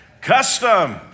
Custom